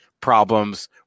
problems